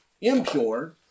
impure